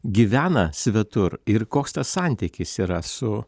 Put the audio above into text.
gyvena svetur ir koks tas santykis yra su